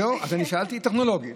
זהו, אז אני שאלתי, טכנולוגי.